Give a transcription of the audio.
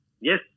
Yes